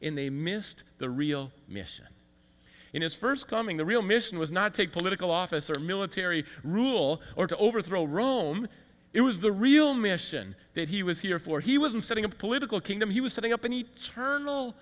and they missed the real mission in his first coming the real mission was not take political office or military rule or to overthrow rome it was the real mission that he was here for he wasn't setting a political kingdom he was setting up an